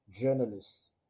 journalists